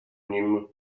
nim